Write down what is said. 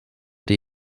der